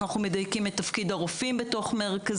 אנחנו מדייקים את תפקיד הרופאים במרכזי ההגנה.